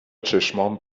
چشمام